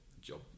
job